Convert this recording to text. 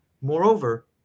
Moreover